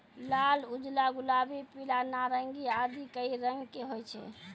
लाल, उजला, गुलाबी, पीला, नारंगी आदि कई रंग के होय छै